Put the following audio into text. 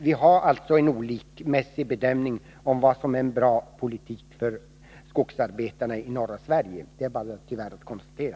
Vi har alltså gjort olika bedömningar om vad som är en bra politik för skogsarbetarna i norra Sverige. Det är tyvärr bara att konstatera.